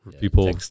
people